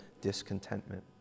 discontentment